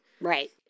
Right